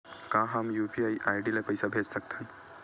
का हम UPI ID ले पईसा भेज सकथन?